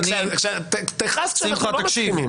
תכעס כשאנחנו לא מסכימים.